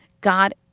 God